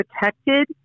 protected